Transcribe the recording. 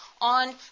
on